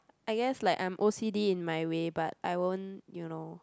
I guess like I'm o_c_d in my way but I won't you know